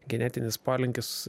genetinis polinkis